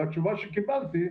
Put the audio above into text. והתשובה שקיבלתי,